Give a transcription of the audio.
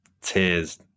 Tears